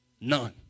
none